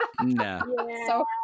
no